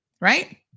right